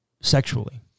sexually